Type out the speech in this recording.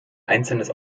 einzelnes